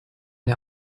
der